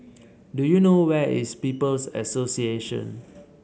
do you know where is People's Association